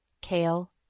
kale